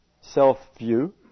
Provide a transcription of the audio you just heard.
self-view